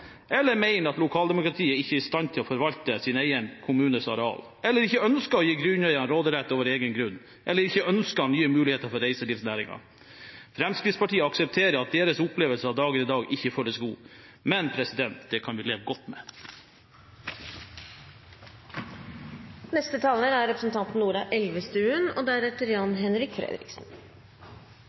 eller som mener at lokaldemokratiet ikke er i stand til å forvalte sin egen kommunes areal, eller som ikke ønsker å gi grunneieren råderett over egen grunn, eller som ikke ønsker nye muligheter for reiselivsnæringen. Fremskrittspartiet aksepterer at deres opplevelse av dagen i dag ikke føles god, men det kan vi leve godt med. Jeg må virkelig si at jeg har stor respekt for lokaldemokratiet, og for at det også er